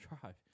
drive